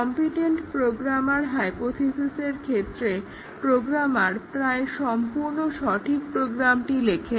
competent program হাইপোথিসিসের ক্ষেত্রে programmer প্রায় সম্পূর্ণ সঠিক প্রোগ্রামটি লেখেন